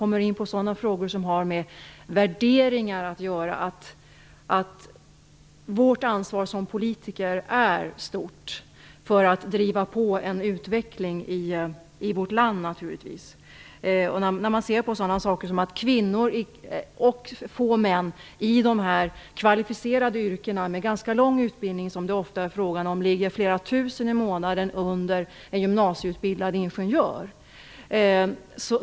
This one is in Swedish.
Men i fråga om värdering är vårt ansvar som politiker naturligtvis stort för att driva på en utveckling i vårt land. Kvinnor och några få män i dessa kvalificerade yrken, med en ofta ganska lång utbildning, ligger flera tusen kronor i månaden lägre än en gymnasieutbildad ingenjör.